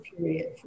period